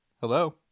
Hello